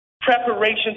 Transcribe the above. Preparations